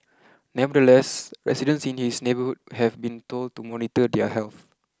nevertheless residents in his neighbourhood have been told to monitor their health